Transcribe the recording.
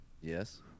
Yes